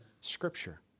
Scripture